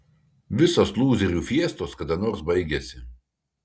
visos lūzerių fiestos kada nors baigiasi